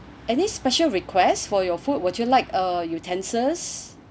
any special requests for your food would you like uh utensils